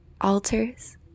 altars